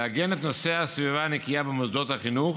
לעגן את נושא הסביבה הנקייה במוסדות החינוך,